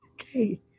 Okay